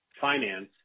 finance